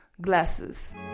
glasses